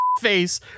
Face